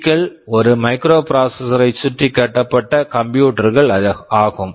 PC க்கள் ஒரு microprocessors microprocessor ஐ சுற்றிக் கட்டப்பட்ட கம்ப்யூட்டர் computer -கள் ஆகும்